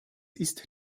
ist